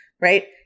right